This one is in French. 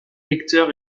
lecteur